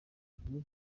filime